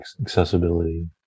accessibility